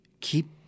keep